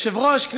היושב-ראש,